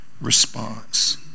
response